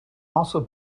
also